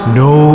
no